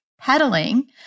pedaling